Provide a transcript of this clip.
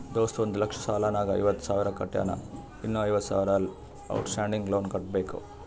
ದೋಸ್ತ ಒಂದ್ ಲಕ್ಷ ಸಾಲ ನಾಗ್ ಐವತ್ತ ಸಾವಿರ ಕಟ್ಯಾನ್ ಇನ್ನಾ ಐವತ್ತ ಸಾವಿರ ಔಟ್ ಸ್ಟ್ಯಾಂಡಿಂಗ್ ಲೋನ್ ಕಟ್ಟಬೇಕ್